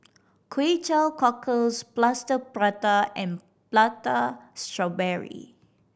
Kway Teow Cockles Plaster Prata and Prata Strawberry